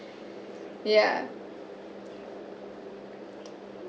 yeah